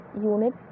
unit